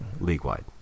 league-wide